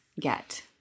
get